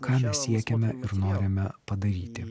ką mes siekiame ir norime padaryti